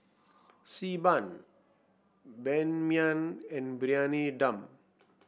Xi Ban Ban Mian and Briyani Dum